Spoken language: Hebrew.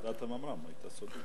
יחידת הממר"מ היתה סודית.